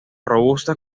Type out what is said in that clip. robusta